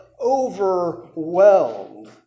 overwhelmed